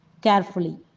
carefully